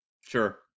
sure